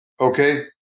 Okay